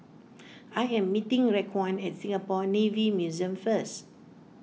I am meeting Raekwon at Singapore Navy Museum first